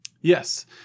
Yes